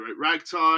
Ragtime